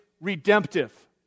redemptive